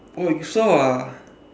oh you saw ah